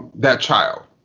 that child.